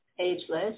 ageless